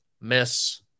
miss